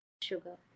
sugar